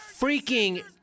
Freaking